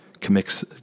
commits